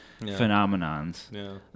phenomenons